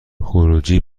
خروجی